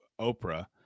oprah